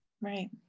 right